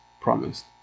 promised